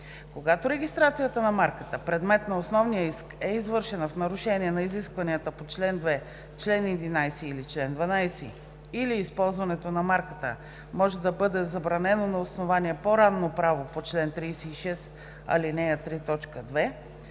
Когато регистрацията на марката, предмет на основния иск, е извършена в нарушение на изискванията по чл. 2, чл. 11 или чл. 12, или използването на марката може да бъде забранено на основание по-ранно право по чл. 36, ал. 3,